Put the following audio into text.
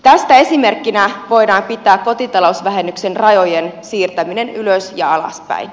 tästä esimerkkinä voidaan pitää kotitalousvähennyksen rajojen siirtämistä ylös ja alaspäin